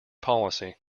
policy